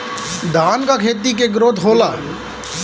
धान का खेती के ग्रोथ होला?